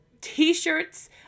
T-shirts